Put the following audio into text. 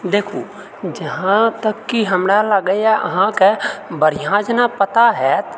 देखू जहाँ तक कि हमरा लागैए अहाँ कऽ बढ़िआँ जेना पता होयत